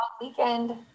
weekend